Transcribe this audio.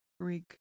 Greek